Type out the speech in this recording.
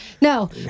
No